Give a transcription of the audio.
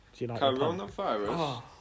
coronavirus